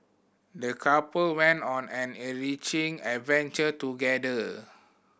the couple went on an enriching adventure together